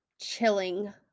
chilling